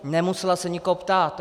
Nemusela se nikoho ptát.